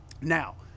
Now